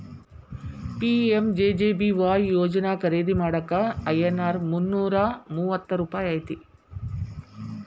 PMJJBY ಯೋಜನಾ ಖರೇದಿ ಮಾಡಾಕ ಐ.ಎನ್.ಆರ್ ಮುನ್ನೂರಾ ಮೂವತ್ತ ರೂಪಾಯಿ ಐತಿ